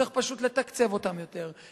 צריך פשוט לתקצב אותן יותר,